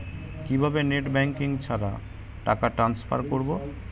কিভাবে net banking ছাড়া টাকা টান্সফার করব?